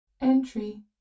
Entry